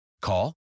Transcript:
Call